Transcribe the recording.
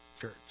church